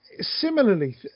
Similarly